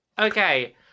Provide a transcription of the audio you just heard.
Okay